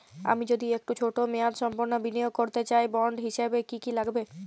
আমি যদি একটু ছোট মেয়াদসম্পন্ন বিনিয়োগ করতে চাই বন্ড হিসেবে কী কী লাগবে?